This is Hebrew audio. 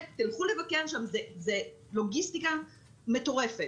תלכו לבקר שם, זו לוגיסטיקה מטורפת.